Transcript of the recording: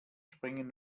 springen